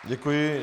Děkuji.